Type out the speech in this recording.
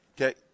Okay